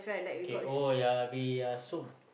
okay oh-yah-peh-yah-som